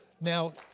Now